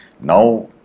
now